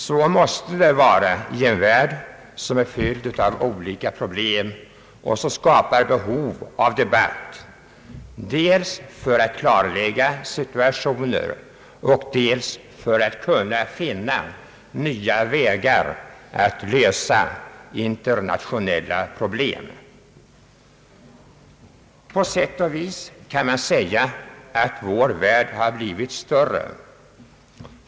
Så måste det vara i en värld fylld av olika problem, som skapar behov av debatt dels för att klarlägga situationer och dels för att kunna finna nya vägar att lösa internationella problem. På sätt och vis kan man säga att vår värld har blivit större.